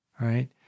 right